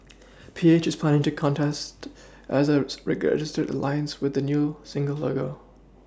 P H is planning to contest as a registered alliance with a new single logo